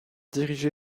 dirigé